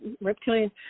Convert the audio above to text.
reptilian